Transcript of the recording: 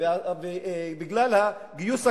בגלל גיוס הכספים,